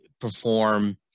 perform